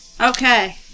Okay